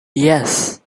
yes